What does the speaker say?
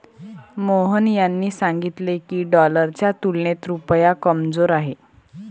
मोहन यांनी सांगितले की, डॉलरच्या तुलनेत रुपया कमजोर आहे